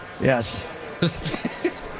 Yes